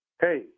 hey